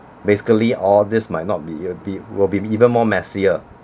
basically all this might not be a bit will be even more messier